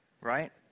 Right